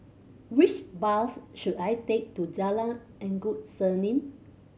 which bus should I take to Jalan Endut Senin